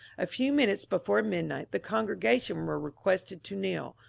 a few minutes before midnight the congrega tion were requested to kneel,